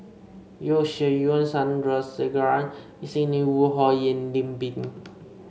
Yeo Shih Yun Sandrasegaran Sidney Woodhull Lim Pin